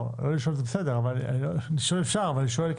אפשר לשאול.